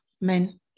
men